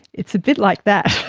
it's a bit like that.